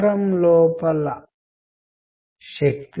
రెండవ మరియు మూడవ వారంలో కూడా ఇదే జరుగుతుంది